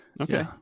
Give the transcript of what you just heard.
Okay